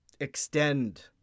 extend